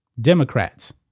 Democrats